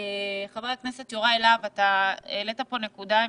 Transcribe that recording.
חבר הכנסת יוראי להב, אתה העלית פה נקודה מצוינת,